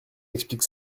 explique